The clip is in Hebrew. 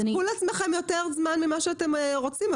קחו לעצמכם יותר זמן ממה שאתם רוצים,